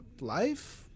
life